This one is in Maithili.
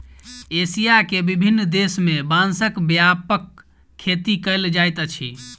एशिया के विभिन्न देश में बांसक व्यापक खेती कयल जाइत अछि